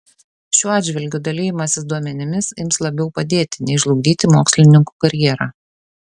šiuo atžvilgiu dalijimasis duomenimis ims labiau padėti nei žlugdyti mokslininkų karjerą